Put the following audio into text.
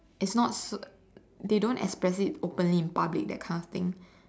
it's not they don't express it openly in public kind of thing